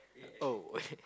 oh